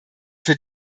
für